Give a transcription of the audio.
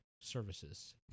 services